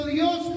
Dios